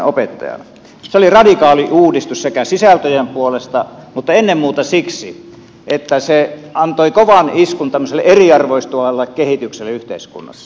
se oli radikaali uudistus sekä sisältöjen puolesta että ennen muuta siksi että se antoi kovan iskun tämmöiselle eriarvoistuvalle kehitykselle yhteiskunnassa